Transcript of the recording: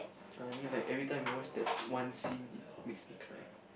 ah I mean like every time I watch that one scene it makes me cry